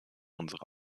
unsere